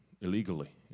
illegally